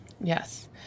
Yes